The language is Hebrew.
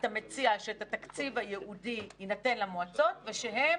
אתה מציע שהתקציב הייעודי יינתן למועצות ושהם